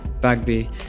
Bagby